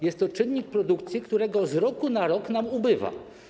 Jest to czynnik produkcji, którego z roku na rok nam ubywa.